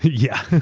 yeah.